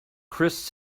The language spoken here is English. chris